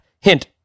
Hint